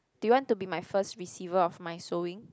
do you want to be my first receiver of my sewing